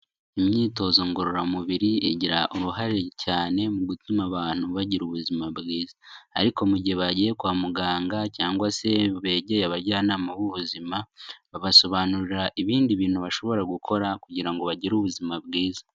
Imyitozo ngororamubiri igira uruhare cyane mu gutuma abantu bagira ubuzima bwiza, ariko mu gihe bagiye kwa muganga cyangwa se begereye abajyanama b'ubuzima babasobanurira ibindi bintu bashobora gukora kugira ngo bagire ubuzima bwiza.